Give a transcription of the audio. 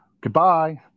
Goodbye